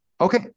Okay